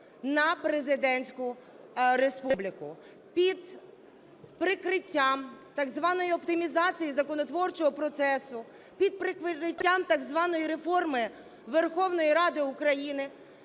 на президентську республіку. Під прикриттям так званої оптимізації законотворчого процесу, під прикриттям так званої реформи Верховної Ради України